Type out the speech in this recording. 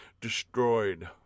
destroyed